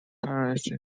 parish